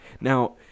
Now